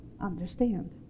understand